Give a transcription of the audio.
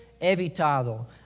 evitado